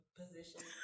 position